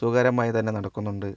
സുഖകരമായിത്തന്നെ നടക്കുന്നുണ്ട്